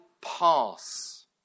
pass